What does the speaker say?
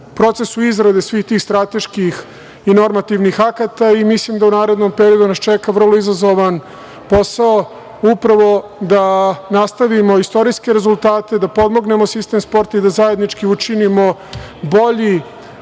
procesu izrade svih tih strateških i normativnih akata. Mislim da nas u narednom periodu čeka vrlo izazovan posao, upravo da nastavimo istorijske rezultate, da pomognemo sistem sporta i da zajednički učinimo bolju